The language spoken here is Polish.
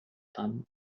tam